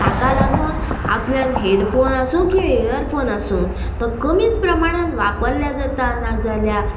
ताका लागून आपल्यान हेडफोन आसूं की इयरफोन आसूं तो कमीच प्रमाणान वापरल्या जाता नाजाल्या